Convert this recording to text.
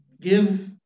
give